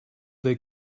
they